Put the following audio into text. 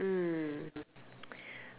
mm